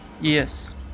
Yes